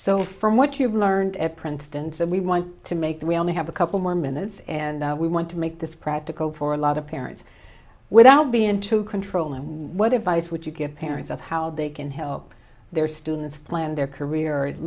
so from what you've learned at princeton's and we want to make we only have a couple more minutes and we want to make this practical for a lot of parents without being too controlling what advice would you give parents of how they can help their students plan their career